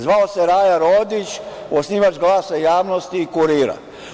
Zvao se Raja Rodić, osnivač „Glasa javnosti“ i „Kurira“